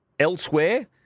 Elsewhere